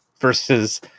versus